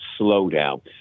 slowdown